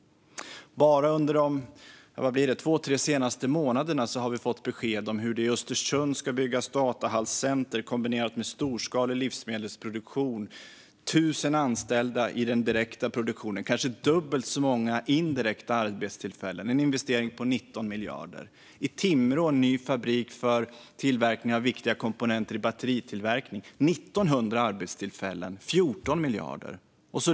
Bara under de två tre senaste månaderna har vi fått besked om att det i Östersund ska byggas ett datacenter kombinerat med storskalig livsmedelsproduktion. Det handlar om 1 000 anställda i den direkta produktionen och kanske dubbelt så många indirekta arbetstillfällen. Detta är en investering på 19 miljarder. I Timrå ska det bli en ny fabrik för tillverkning av viktiga komponenter i batteritillverkning. Här handlar det om 1 900 arbetstillfällen och en investering på 14 miljarder.